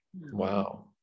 Wow